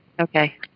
Okay